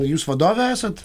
jūs vadovė esat